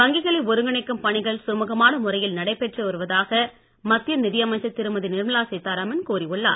வங்கிகளை ஒருங்கிணைக்கும் பணிகள் சுமுகமான முறையில் நடைபெற்று வருவதாக மத்திய நிதியமைச்சர் திருமதி நிர்மலா சீத்தாராமன் கூறி உள்ளார்